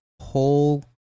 whole